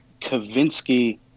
Kavinsky